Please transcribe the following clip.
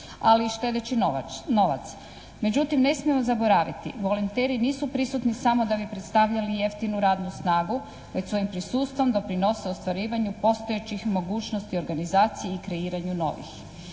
Ali štedeći i novac. Međutim, ne smijemo zaboraviti. Volonteri nisu prisutni samo da bi predstavljali jeftinu radnu snagu već svojim prisustvom doprinose ostvarivanju postojećih mogućnosti organizacije i kreiranju novih.